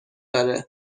داره